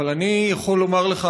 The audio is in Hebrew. אבל אני יכול לומר לך,